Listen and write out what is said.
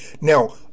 now